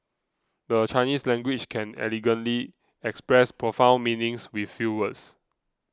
the Chinese language can elegantly express profound meanings with few words